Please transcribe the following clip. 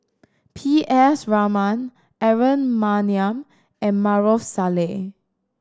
P S Raman Aaron Maniam and Maarof Salleh